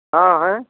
हाँ है